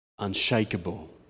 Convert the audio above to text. unshakable